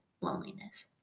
loneliness